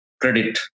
credit